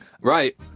Right